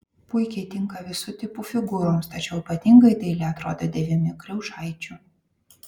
puikiai tinka visų tipų figūroms tačiau ypatingai dailiai atrodo dėvimi kriaušaičių